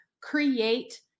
create